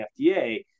FDA